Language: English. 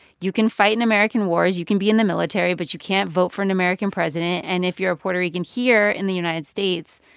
you can fight in american wars. you can be in the military. but you can't vote for an american president. and if you're a puerto rican here in the united states,